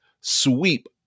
Sweep